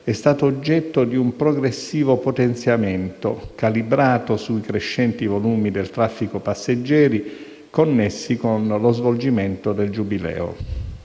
è stato oggetto di un progressivo potenziamento, calibrato sui crescenti volumi del traffico passeggeri connessi allo svolgimento del Giubileo.